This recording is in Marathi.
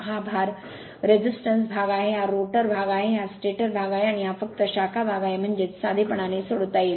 हा भार प्रतिरोध भाग आहे हा रोटर भाग आहे हा स्टॅटर भाग आहे आणि हा फक्त शाखा भाग आहे म्हणजे साधेपणाने सोडवता येईल